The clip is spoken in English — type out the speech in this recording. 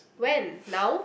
when now